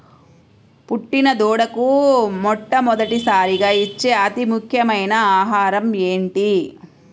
పుట్టిన దూడకు మొట్టమొదటిసారిగా ఇచ్చే అతి ముఖ్యమైన ఆహారము ఏంటి?